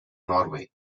norway